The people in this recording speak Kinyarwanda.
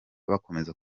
bakomeza